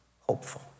hopeful